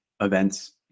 events